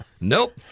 Nope